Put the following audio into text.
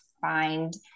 find